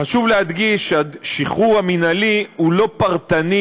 חשוב להדגיש שהשחרור המינהלי הוא לא פרטני,